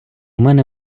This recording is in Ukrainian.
мене